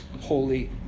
holy